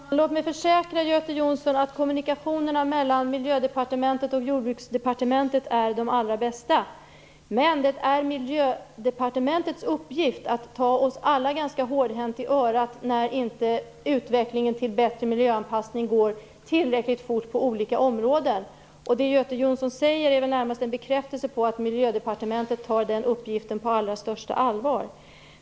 Herr talman! Låt mig försäkra Göte Jonsson att kommunikationerna mellan Miljödepartementet och Jordbruksdepartementet är de allra bästa. Men det är Miljödepartementets uppgift att ta oss alla ganska hårdhänt i örat när utvecklingen till bättre miljöanpassning inte går tillräckligt fort på olika områden. Det som Göte Jonsson säger är ju närmast en bekräftelse på att Miljödepartementet tar den uppgiften på allra största allvar.